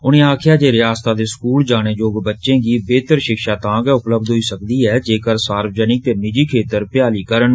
उने आक्खेआ जे रियासता दे स्कूल जाने जोग बच्चे गी बेहतर षिक्षा तां गै उपलब्ध होई सकदी ऐ जेकर सार्वजनिक ते निजी खेत्तर भ्याली करन